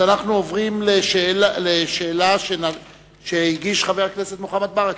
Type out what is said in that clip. אנחנו עוברים לשאלה שהגיש חבר הכנסת מוחמד ברכה.